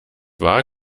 war